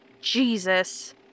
Jesus